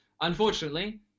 Unfortunately